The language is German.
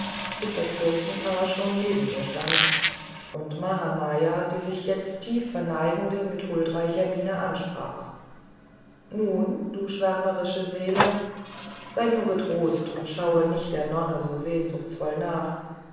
bis das fürstenpaar schon neben ihr stand und mahamaya die sich jetzt tief verneigende mit huldreicher miene ansprach nun du schwärmerische seele sei nur getrost und schaue nicht der nonne so sehnsuchtsvoll nach